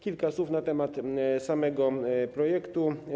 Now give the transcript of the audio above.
Kilka słów na temat samego projektu.